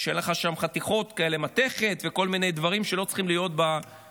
שאין לך שם חתיכות מתכת וכל מיני דברים שלא צריכים להיות במטוסים,